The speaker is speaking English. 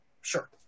sure